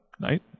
night